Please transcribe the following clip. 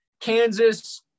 Kansas